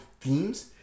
themes